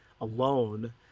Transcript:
alone